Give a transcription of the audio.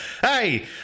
hey